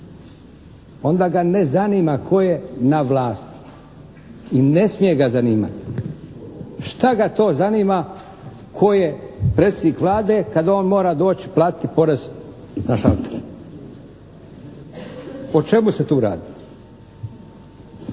Onda ga ne zanima tko je na vlasti i ne smije ga zanimati. Šta ga to zanima tko je predsjednik Vlade kada on mora doći platiti porez na šalter? O čemu se tu radi?